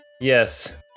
Yes